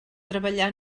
treballar